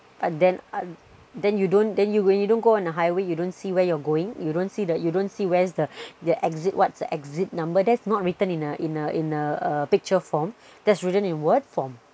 but then uh then you don't then you you don't go on a highway you don't see where you're going you don't see that you don't see where is the exit what's the exit number that's not written in a in a in a picture form that's written in word form